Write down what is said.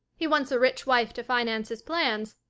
he wants a rich wife to finance his plans,